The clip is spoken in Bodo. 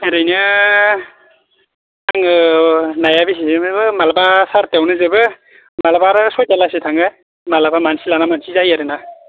ओरैनो जोङो नाया बेखिनियावनो जोबो माब्लाबा सारिथायावनो जोबो माब्लाबा आरो सयथायालासि थाङो माब्लाबा मानसि लाना मानसि जायो आरो ना